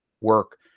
work